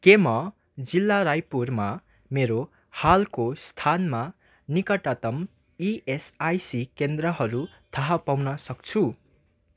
के म जिल्ला रायपुरमा मेरो हालको स्थानमा निकटतम इएसआइसी केन्द्रहरू थाह पाउन सक्छु